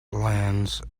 lends